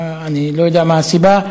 אני לא יודע מה הסיבה,